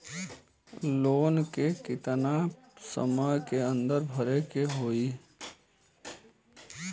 Loan के कितना समय के अंदर भरे के होई?